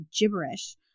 gibberish